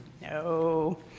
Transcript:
No